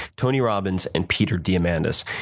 tony robbins and peter diamandis.